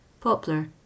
Poplar